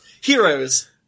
heroes